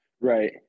Right